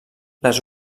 les